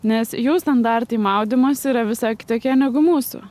nes jų standartai maudymosi yra visai kitokie negu mūsų